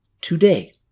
today